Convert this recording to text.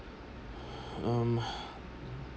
um